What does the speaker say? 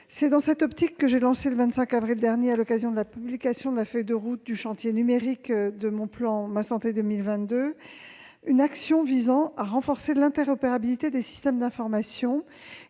C'est dans cette optique que j'ai lancé, le 25 avril dernier, à l'occasion de la publication de la feuille de route du chantier numérique de mon plan Ma santé 2022, une action visant à renforcer l'interopérabilité des systèmes d'information.